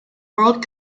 world